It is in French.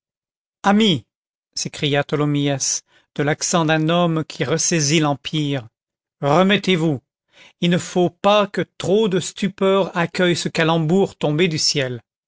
tholomyès de l'accent d'un homme qui ressaisit l'empire remettez-vous il ne faut pas que trop de stupeur accueille ce calembour tombé du ciel